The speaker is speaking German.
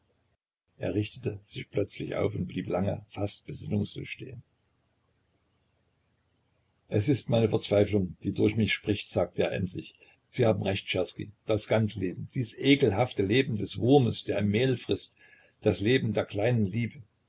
er richtete sich plötzlich auf und blieb lange fast besinnungslos stehen es ist meine verzweiflung die durch mich spricht sagte er endlich sie haben recht czerski das ganze leben dies ekelhafte leben des wurmes der im mehl frißt das leben der kleinen liebe